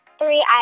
three